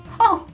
oh.